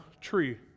tree